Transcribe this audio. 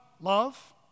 love